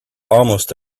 almost